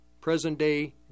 present-day